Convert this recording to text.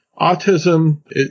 Autism